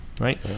right